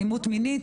אלימות מינית,